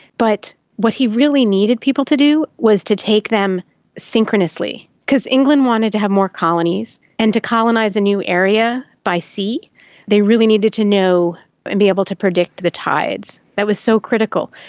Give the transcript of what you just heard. but what he really needed people to do was to take them synchronously. because england wanted to have more colonies, and to colonise a new area by sea they really needed to know and be able to predict the tides. that was so critical.